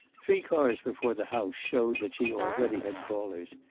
three cars before the house showed that she already had callers,